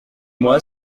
moi